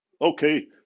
okay